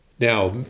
Now